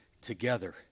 together